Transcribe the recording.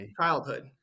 childhood